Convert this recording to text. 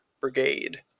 brigade